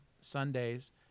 sundays